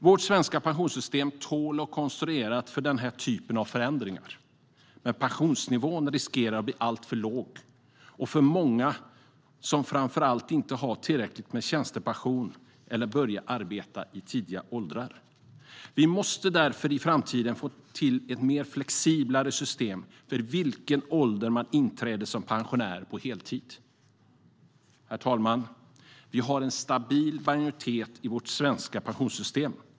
Vårt svenska pensionssystem tål och är konstruerat för denna typ av förändringar, men pensionsnivån riskerar att bli alltför låg för många som framför allt inte har tillräckligt med tjänstepension eller började arbeta i tidiga åldrar. Vi måste därför i framtiden få till ett flexiblare system för vid vilken ålder man inträder som pensionär på heltid. Herr talman! Det finns en stabil majoritet för vårt svenska pensionssystem.